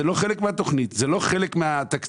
זה לא חלק מהתוכנית, זה לא חלק מהתקציב.